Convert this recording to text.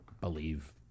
believe